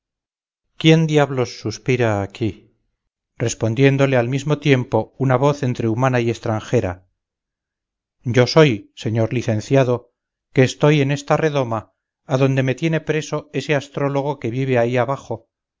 quién diablos suspira aquí respondiéndole al mismo tiempo una voz entre humana y estranjera yo soy señor licenciado que estoy en esta redoma adonde me tiene preso ese astrólogo que vive ahí abajo